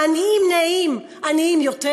העניים נהיים עניים יותר,